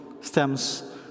stems